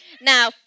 Now